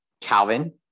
Calvin